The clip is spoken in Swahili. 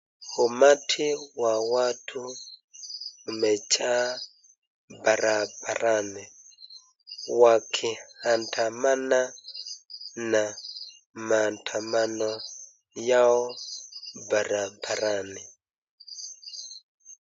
Umati wa watu umejaa barabarani wakiandamana na maandamano yao barabarani.